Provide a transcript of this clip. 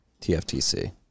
TFTC